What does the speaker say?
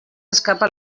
escapa